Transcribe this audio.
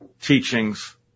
teachings